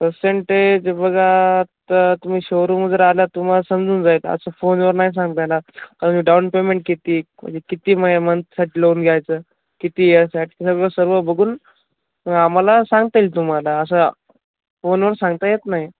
percentage बघा तर तुम्ही शोरूम जर आल्या तुम्हाला समजून जाईल असं फोनवर नाही सांगता येणार आम्ही डाऊनपेमेंट किती किती मये मंथसाठी लोन घ्यायचं किती यासाठी सगळ सर्व बघून आम्हाला सांगता येईल तुम्हाला असं फोनवर सांगता येत नाही